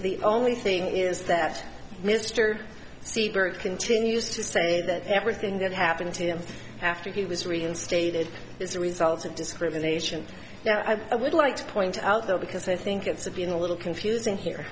the only thing is that mr sieberg continues to say that everything that happened to him after he was reinstated is a result of discrimination i would like to point out though because i think it's been a little confusing here